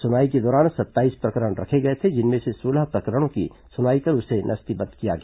सुनवाई के दौरान सत्ताईस प्रकरण रखे गए थे जिनमे से सोलह प्रकरणों की सुनवाई कर उसे नस्तीबद्ध किया गया